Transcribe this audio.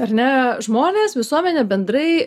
ar ne žmonės visuomenė bendrai